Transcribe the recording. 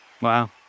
Wow